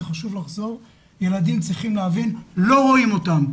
זה חשוב לחזור ילדים צריכים להבין שלא רואים אותם.